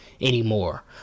Anymore